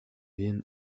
viennent